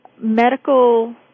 medical